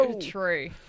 True